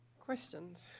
Questions